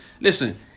listen